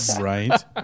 right